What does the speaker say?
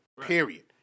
Period